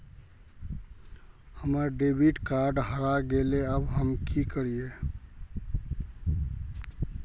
हमर debit card हरा गेले अब हम की करिये?